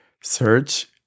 Search